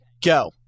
go